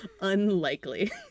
Unlikely